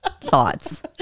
thoughts